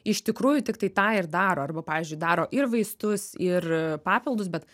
iš tikrųjų tiktai tą ir daro arba pavyzdžiui daro ir vaistus ir papildus bet